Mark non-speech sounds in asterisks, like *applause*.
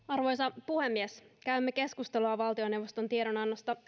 *unintelligible* arvoisa puhemies käymme keskustelua valtioneuvoston tiedonannosta *unintelligible*